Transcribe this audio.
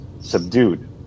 subdued